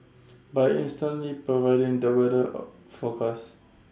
by instantly providing the weather or forecast